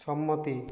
সম্মতি